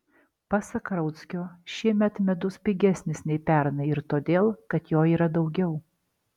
pasak rauckio šiemet medus pigesnis nei pernai ir todėl kad jo yra daugiau